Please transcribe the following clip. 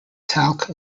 talc